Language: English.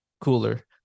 cooler